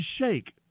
shake